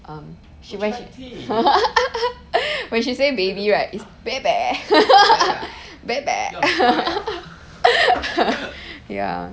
um she when she when she say baby right it's baby baby ya